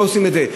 לא עושים את זה.